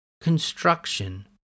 construction